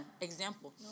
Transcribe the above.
Example